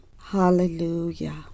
Hallelujah